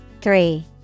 Three